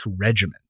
regimen